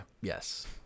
yes